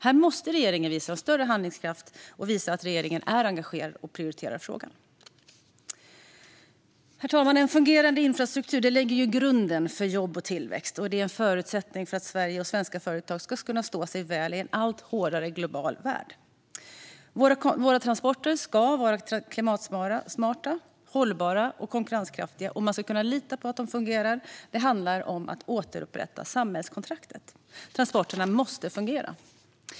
Här måste regeringen visa större handlingskraft och visa att man är engagerad och prioriterar frågan. Herr talman! En fungerande infrastruktur lägger grunden för jobb och tillväxt, och det är en förutsättning för att Sverige och svenska företag ska stå sig väl i en allt hårdare global värld. Våra transporter ska vara klimatsmarta, hållbara och konkurrenskraftiga, och man ska kunna lita på att de fungerar. Det handlar om att återupprätta samhällskontraktet. Transporterna måste fungera.